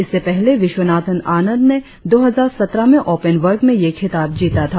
इससे पहले विश्वनाथन आनंद ने दो हजार सत्रह में ओपेन वर्ग में यह खिताब जीता था